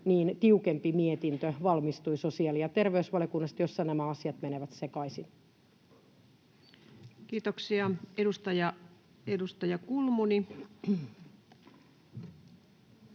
tiukempi mietintö valmistui sosiaali- ja terveysvaliokunnasta, jossa nämä asiat menevät sekaisin. Kiitoksia. — Edustaja Kulmuni.